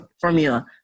formula